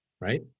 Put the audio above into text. right